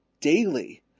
daily